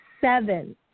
seven